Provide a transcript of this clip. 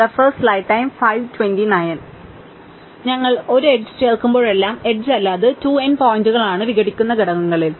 അതിനാൽ ഞങ്ങൾ ഒരു എഡ്ജ് ചേർക്കുമ്പോഴെല്ലാം എഡ്ജ്ല്ല അത് 2 n പോയിന്റുകളാണ് വിഘടിക്കുന്ന ഘടകങ്ങളിൽ